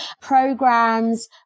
programs